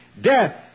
Death